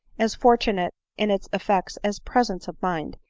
as fortunate in its effects as presence of mind,